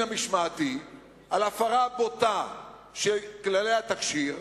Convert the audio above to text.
המשמעתי על הפרה בוטה של כללי התקשי"ר,